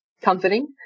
comforting